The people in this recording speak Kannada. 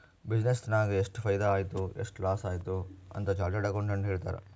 ಬಿಸಿನ್ನೆಸ್ ನಾಗ್ ಎಷ್ಟ ಫೈದಾ ಆಯ್ತು ಎಷ್ಟ ಲಾಸ್ ಆಯ್ತು ಅಂತ್ ಚಾರ್ಟರ್ಡ್ ಅಕೌಂಟೆಂಟ್ ಹೇಳ್ತಾರ್